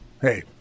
Hey